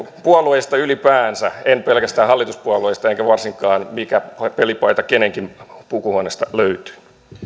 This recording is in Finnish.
puolueista ylipäänsä en pelkästään hallituspuolueista enkä varsinkaan siitä mikä pelipaita kenenkin pukuhuoneesta löytyy